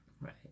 Right